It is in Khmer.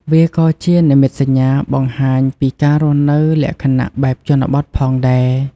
វាក៏ជានិមិត្តសញ្ញាបង្ហាញពីការរស់នៅលក្ខណៈបែបជនបទផងដែរ។